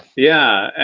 yeah.